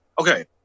Okay